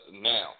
now